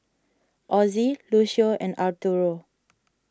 Ozzie Lucio and Arturo